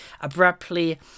abruptly